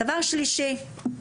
דבר שלישי,